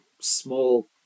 small